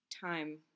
time